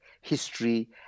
history